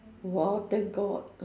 !wow! thank god